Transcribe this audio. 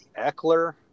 Eckler